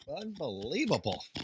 Unbelievable